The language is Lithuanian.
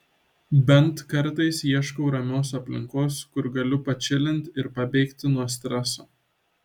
bent kartais ieškau ramios aplinkos kur galiu pačilint ir pabėgti nuo streso